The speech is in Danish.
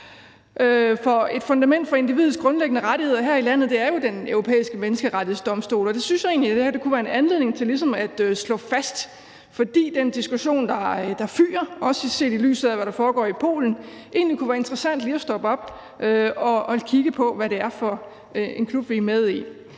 et fundament for individets grundlæggende rettigheder her i landet er jo Den Europæiske Menneskerettighedsdomstol, og det synes jeg egentlig det her kunne være en anledning til ligesom at slå fast, fordi det i den diskussion, der foregår – også set i lyset af hvad der foregår i Polen – egentlig kunne være interessant lige at stoppe op og kigge på, hvad det er for en klub, vi er med i.